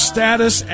status